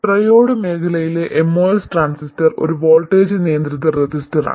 triode മേഖലയിലെ MOS transistor ഒരു voltage നിയന്ത്രിത റെസിസ്റ്ററാണ്